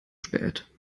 spät